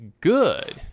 good